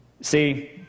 See